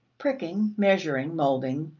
pricking, measuring, molding,